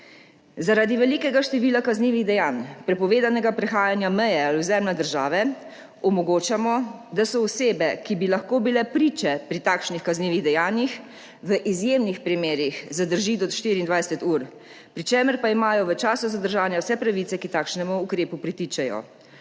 Zaradi velikega števila kaznivih dejanj prepovedanega prehajanja meje ali ozemlja države omogočamo, da se osebe, ki bi lahko bile priče pri takšnih kaznivih dejanjih, v izjemnih primerih zadrži do 24 ur, pri čemer pa imajo v času zadržanja vse pravice, ki takšnemu ukrepu pritičejo.